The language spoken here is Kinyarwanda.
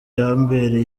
yambereye